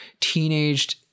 teenaged